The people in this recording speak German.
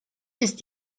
ist